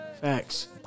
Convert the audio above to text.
Facts